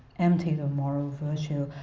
empty of moral virtue.